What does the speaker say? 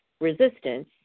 resistance